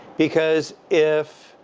because if,